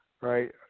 right